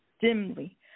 dimly